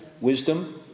wisdom